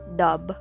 dub